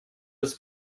was